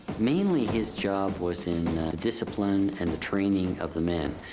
mainly his job was in discipline and the training of the men,